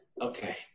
okay